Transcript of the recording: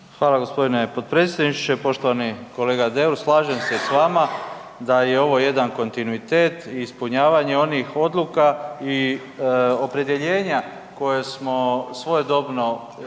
Hvala g. potpredsjedniče. Poštovani kolega Deur, slažem se s vama da je ovo jedan kontinuitet i ispunjavanje onih odluka i opredjeljenja koja smo svojedobno donijeli